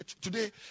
today